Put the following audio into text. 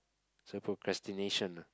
so procrastination ah